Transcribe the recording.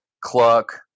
cluck